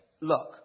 look